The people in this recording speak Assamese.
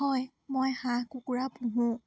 হয় মই হাঁহ কুকুৰা পোহোঁ